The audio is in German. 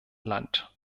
land